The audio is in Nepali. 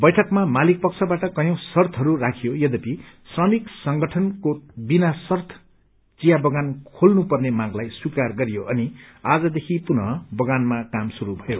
बैठकमा मालिक पक्षाबाट कयौं शर्तहरू राखियो यद्यपि श्रमिक संगइनले विना शर्त चिया बगान खेल्ने मांगलाई स्वीकार गरियो अनि आजदेखि पुनः बगानमा काम शुरू गरियो